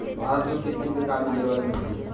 भारत में कितनी प्रकार की जलवायु मिलती है?